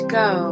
go